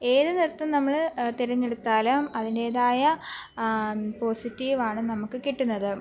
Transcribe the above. ഏതു നൃത്തം നമ്മൾ തിരഞ്ഞെടുത്താലും അതിൻറ്റേതായ ആ പോസിറ്റീവാണ് നമുക്ക് കിട്ടുന്നത്